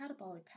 catabolic